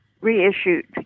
reissued